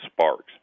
sparks